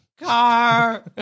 car